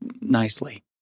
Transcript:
nicely